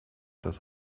das